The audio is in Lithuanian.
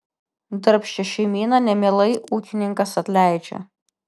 darbščią šeimyną nemielai ūkininkas atleidžia